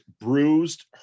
bruised